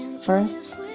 First